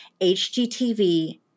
HGTV